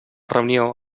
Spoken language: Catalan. reunió